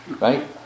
right